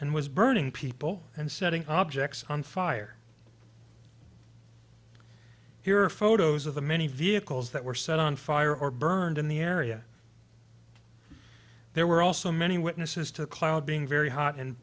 and was burning people and setting objects on fire here are photos of the many vehicles that were set on fire or burned in the area there were also many witnesses to cloud being very hot and